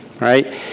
Right